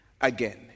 again